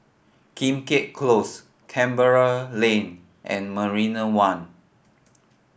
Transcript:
Keat Close Canberra Lane and Marina One